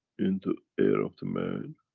in the air of the man,